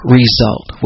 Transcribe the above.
result